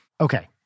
Okay